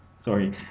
sorry